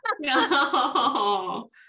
No